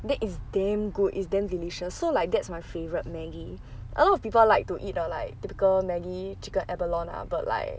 that is damn good is damn delicious so like that's my favorite Maggi a lot of people like to eat the like typical Maggi chicken abalone but like